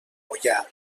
moià